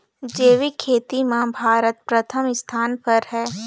जैविक खेती म भारत प्रथम स्थान पर हे